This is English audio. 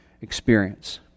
experience